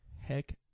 Heck